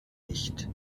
nicht